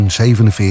1947